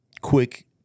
quick